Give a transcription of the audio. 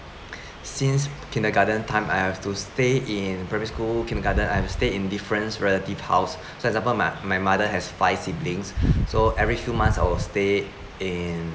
since kindergarten time I have to stay in primary school kindergarten I have stayed in difference relative house so example my my mother has five siblings so every few months I'll stay in